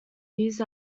used